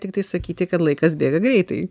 tiktai sakyti kad laikas bėga greitai